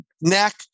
neck